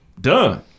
done